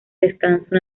descansa